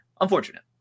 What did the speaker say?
unfortunate